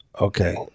Okay